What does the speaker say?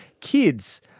kids